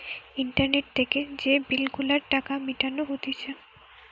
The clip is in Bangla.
ইন্টারনেট থেকে যে বিল গুলার টাকা মিটানো হতিছে